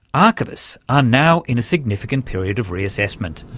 archivists are now in a significant period of reassessment.